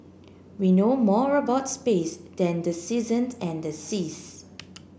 we know more about space than the season and seas